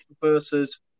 versus